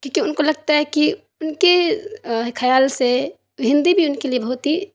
کیونکہ ان کو لگتا ہے کہ ان کے خیال سے ہندی بھی ان کے لیے بہت ہی